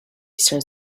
starts